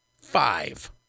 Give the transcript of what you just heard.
Five